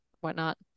whatnot